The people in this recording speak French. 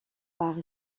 par